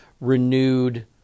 renewed